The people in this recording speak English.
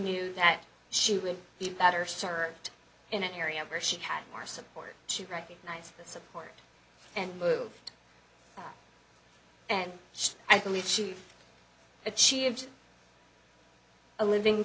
knew that she would be better served in an area where she had more support to recognize the support and move and so i believe she's achieved a living